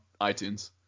iTunes